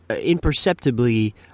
imperceptibly